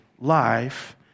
life